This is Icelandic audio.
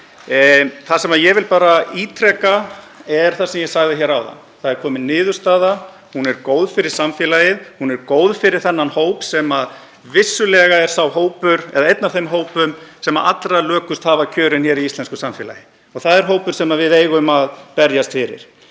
Ég vil bara ítreka það sem ég sagði áðan: Það er komin niðurstaða, hún er góð fyrir samfélagið, hún er góð fyrir þennan hóp sem vissulega er einn af þeim hópum sem allra lökust hefur kjörin í íslensku samfélagi. Og það er hópur sem við eigum að berjast fyrir.